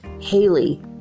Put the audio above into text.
Haley